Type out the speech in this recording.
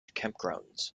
campgrounds